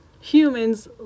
humans